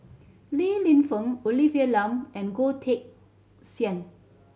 Li Lienfung Olivia Lum and Goh Teck Sian